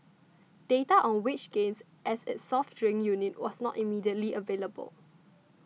data on wage gains at its soft drink unit was not immediately available